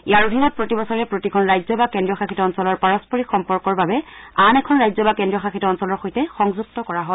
ইয়াৰ অধীনত প্ৰতি বছৰে প্ৰতিখন ৰাজ্য বা কেন্দ্ৰীয়শাসিত ৰাজ্যক্ষেত্ৰক পাৰস্পৰিক সম্পৰ্কৰ বাবে আন এখন ৰাজ্য বা কেন্দ্ৰীয়শাসিত ৰাজ্যক্ষেত্ৰৰ সৈতে সংযূক্ত কৰা হয়